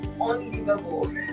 Unlivable